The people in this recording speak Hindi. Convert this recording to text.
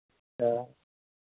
हाँ